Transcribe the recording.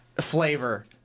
flavor